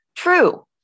True